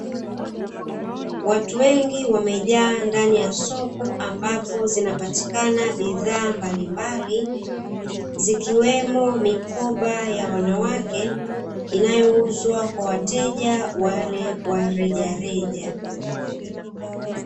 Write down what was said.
Watu wengi wamejaa ndani ya soko ambapo zinapatikana bidhaa mbalimbali, zikiwemo mikoba ya wanawake inayouzwa kwa wateja wale wa rejareja.